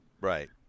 right